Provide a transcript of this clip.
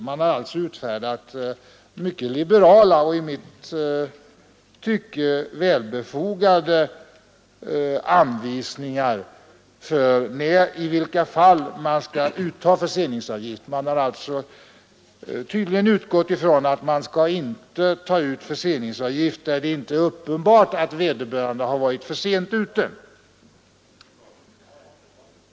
Man har alltså utfärdat mycket liberala och i mitt tycke välbefogade anvisningar för i vilka fall förseningsavgift skall uttas. Tydligen har man utgått från att förseningsavgift inte skall tas ut när det inte är uppenbart att vederbörande har varit för sent ute.